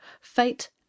Fate